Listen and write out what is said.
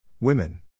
Women